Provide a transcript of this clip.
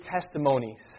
testimonies